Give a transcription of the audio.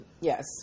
yes